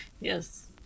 Yes